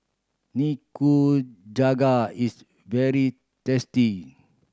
nikujaga is very tasty